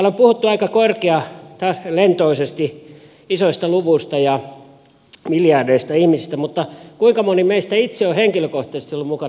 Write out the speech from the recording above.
täällä on puhuttu aika korkealentoisesti isoista luvuista ja miljardeista ihmisistä mutta kuinka moni meistä itse on henkilökohtaisesti ollut mukana kehitysyhteistyössä